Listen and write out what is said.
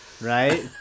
Right